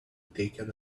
taken